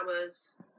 hours